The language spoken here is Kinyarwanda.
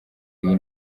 iyi